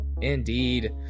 Indeed